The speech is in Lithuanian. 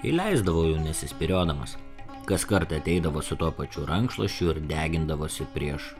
įleisdavau jau nesispyriodamas kaskart ateidavo su tuo pačiu rankšluosčiu ir degindavosi prieš